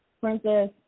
Princess